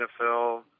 NFL